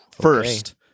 first